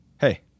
hey